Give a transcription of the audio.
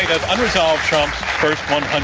of unresolved trump's first one one